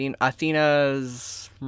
Athena's